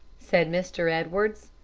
said mr. edwards.